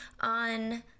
on